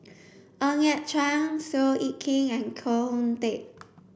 Ng Yat Chuan Seow Yit Kin and Koh Hoon Teck